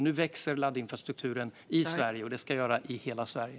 Nu växer laddinfrastrukturen i Sverige, och det ska den göra i hela Sverige.